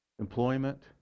employment